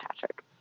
Patrick